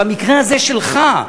במקרה הזה שלך,